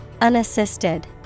Unassisted